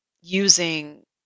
Using